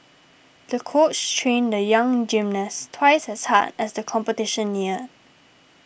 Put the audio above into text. the coach trained the young gymnast twice as hard as the competition neared